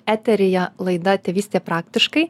eteryje laida tėvystė praktiškai